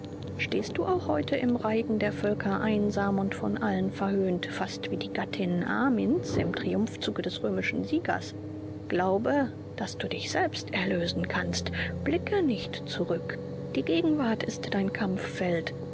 stehst du auch heute im reigen der völker einsam und von allen verhöhnt fast wie die gattin armins im triumphzuge des römischen siegers glaube daß du dich selbst erlösen kannst blicke nicht zurück die gegenwart ist dein